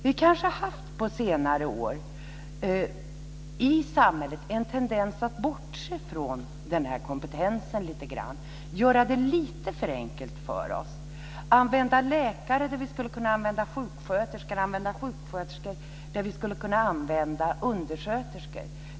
På senare år har vi kanske haft en tendens i samhället att lite grann bortse från denna kompetens och göra det lite för enkelt för oss och använda läkare där vi skulle kunna använda sjuksköterskor och använda sjuksköterskor där vi skulle kunna använda undersköterskor.